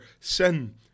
sin